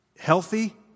healthy